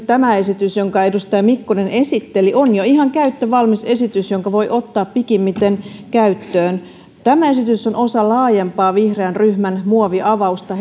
tämä esitys jonka edustaja mikkonen esitteli on jo ihan käyttövalmis esitys jonka voi ottaa pikimmiten käyttöön tämä esitys on osa laajempaa vihreän ryhmän muoviavausta